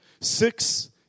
Six